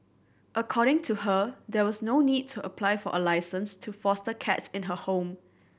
according to her there was no need to apply for a licence to foster cats in her home